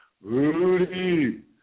Rudy